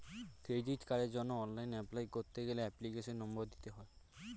credit কার্ডের জন্য online apply করতে গেলে এপ্লিকেশনের নম্বর দিতে হয়